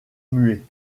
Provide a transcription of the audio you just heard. muet